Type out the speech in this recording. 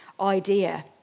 idea